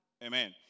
Amen